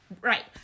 right